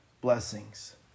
blessings